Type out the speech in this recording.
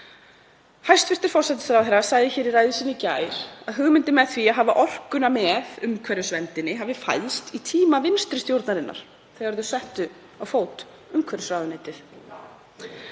Hæstv. forsætisráðherra sagði í ræðu sinni í gær að hugmyndin með því að hafa orkuna með umhverfisverndinni hafi fæðst í tíma vinstri stjórnarinnar þegar þau settu á fót umhverfisráðuneytið.